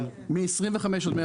כן, מ-25 ל-150.